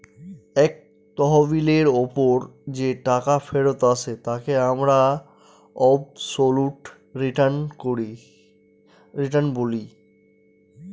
এক তহবিলের ওপর যে টাকা ফেরত আসে তাকে আমরা অবসোলুট রিটার্ন বলি